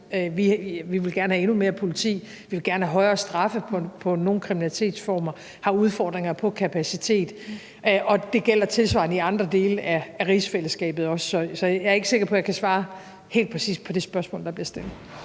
vi vil gerne have endnu mere politi, vi vil gerne have højere straffe for nogle kriminalitetsformer; vi har udfordringer på kapacitet, og det gælder tilsvarende i andre dele af rigsfællesskabet. Så jeg er ikke sikker på, at jeg kan svare helt præcist på det spørgsmål, der bliver stillet.